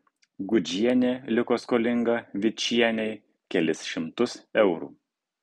gudžienė liko skolinga vičienei kelis šimtus eurų